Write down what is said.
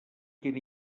quina